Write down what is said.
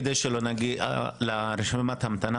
כדי שלא נגיע בכלל לרשימת המתנה.